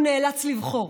הוא נאלץ לבחור